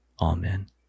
amen